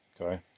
okay